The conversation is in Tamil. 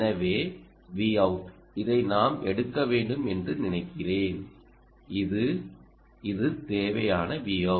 எனவே Vout இதை நாம் எடுக்க வேண்டும் என்று நினைக்கிறேன் இது இது தேவையான Vout